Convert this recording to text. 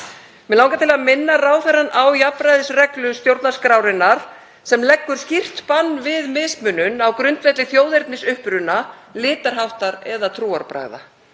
Mig langar til að minna ráðherrann á jafnræðisreglu stjórnarskrárinnar sem leggur skýrt bann við mismunun á grundvelli þjóðernisuppruna, litarháttar eða trúarbragða.